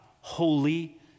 holy